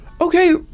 Okay